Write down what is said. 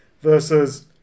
versus